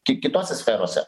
tik kitose sferose